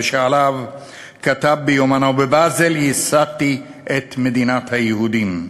שעליו כתב ביומנו: "בבאזל ייסדתי את מדינת היהודים".